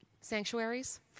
sanctuaries